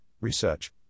research